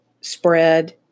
spread